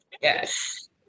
Yes